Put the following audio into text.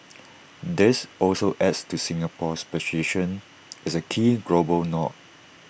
this also adds to Singapore's position as A key global node